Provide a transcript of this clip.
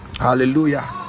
hallelujah